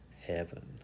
heaven